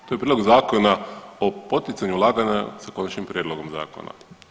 To je Prijedlog Zakona o poticanju ulaganja sa konačnim prijedlogom zakona.